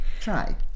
Try